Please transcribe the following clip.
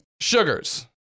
sugars